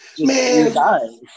Man